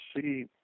see